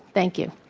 thank you.